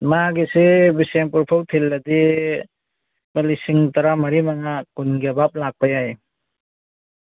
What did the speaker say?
ꯃꯥꯒꯤꯁꯦ ꯕꯤꯁꯦꯟꯄꯨꯔ ꯐꯥꯎ ꯊꯤꯜꯂꯗꯤ ꯂꯨꯄꯥ ꯂꯤꯁꯤꯡ ꯇꯔꯥ ꯃꯔꯤ ꯃꯉꯥ ꯀꯨꯟꯒꯤ ꯑꯕꯞ ꯂꯥꯛꯄ ꯌꯥꯏ